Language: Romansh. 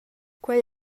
quei